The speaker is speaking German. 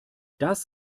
das